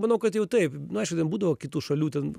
manau kad jau taip aišku ten būdavo kitų šalių ten